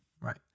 Right